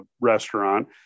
restaurant